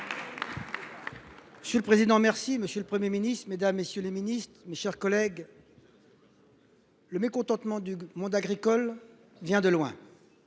et indépendants. Monsieur le Premier ministre, mesdames, messieurs les ministres, mes chers collègues, le mécontentement du monde agricole vient de loin.